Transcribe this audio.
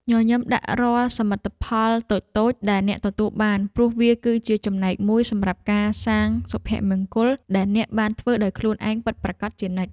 ញញឹមដាក់រាល់សមិទ្ធផលតូចៗដែលអ្នកទទួលបានព្រោះវាគឺជាចំណែកមួយសម្រាប់ការសាងសុភមង្គលដែលអ្នកបានធ្វើដោយខ្លួនឯងពិតប្រាកដជានិច្ច។